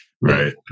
Right